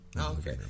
Okay